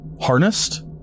harnessed